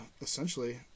essentially